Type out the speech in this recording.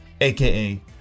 AKA